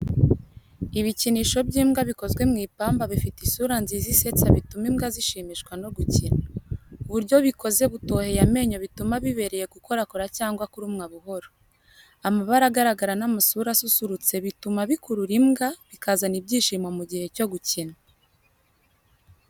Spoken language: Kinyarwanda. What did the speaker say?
Ibikinisho by’imbwa bikozwe mu ipamba bifite isura nziza isetsa bituma imbwa zishimishwa no gukina. Uburyo bikoze butoheye amenyo bituma bibereye gukorakora cyangwa kurumwa buhoro. Amabara agaragara n’amasura asusurutse bituma bikurura imbwa, bikazana ibyishimo mu gihe cyo gukina.